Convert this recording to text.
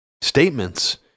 statements